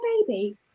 baby